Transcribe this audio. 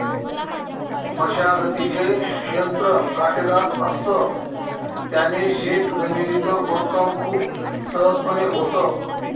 मशागतीचे यंत्र काटेदार असत, त्याने शेत जमिनीच खोदकाम खूप सहजपणे होतं